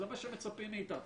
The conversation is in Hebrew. זה מה שמצפים מאיתנו